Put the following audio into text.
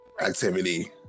activity